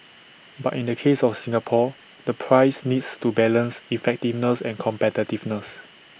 but in the case of Singapore the price needs to balance effectiveness and competitiveness